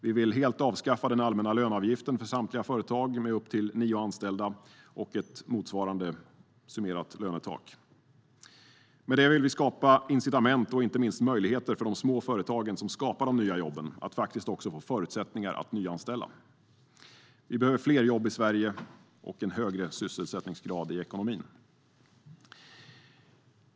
Vi vill helt avskaffa den allmänna löneavgiften för samtliga företag med upp till nio anställda och ett motsvarande summerat lönetak. Med detta vill vi skapa incitament och inte minst förutsättningar för de små företagen som skapar de nya jobben att kunna nyanställa. Vi behöver fler jobb i Sverige och en högre sysselsättningsgrad i ekonomin.